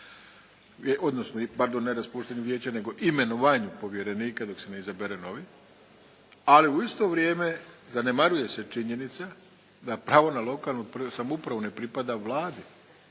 odnosno pardon ne raspuštanju vijeća nego imenovanju povjerenika dok se ne izabere novi. Ali u isto vrijeme zanemaruje se činjenica da pravo na lokalnu samoupravu ne pripada Vladi,